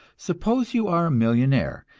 suppose you are a millionaire,